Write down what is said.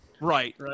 Right